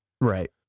Right